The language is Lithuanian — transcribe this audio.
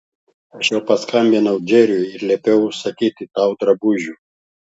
aš jau paskambinau džeriui ir liepiau užsakyti tau drabužių